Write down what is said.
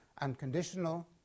unconditional